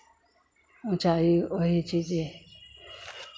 ऊँचाई वही चीज़े है